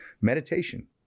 Meditation